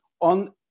on